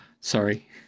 Sorry